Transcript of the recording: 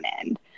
end